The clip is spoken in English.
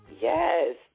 Yes